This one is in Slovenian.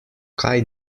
kaj